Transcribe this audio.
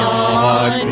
on